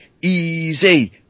easy